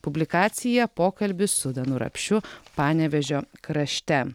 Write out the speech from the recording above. publikacija pokalbis su danu rapšiu panevėžio krašte